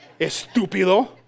estúpido